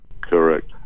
Correct